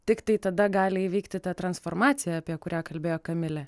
tiktai tada gali įvykti ta transformacija apie kurią kalbėjo kamilė